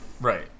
Right